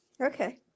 okay